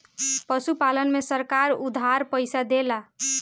पशुपालन में सरकार उधार पइसा देला?